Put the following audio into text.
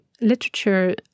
literature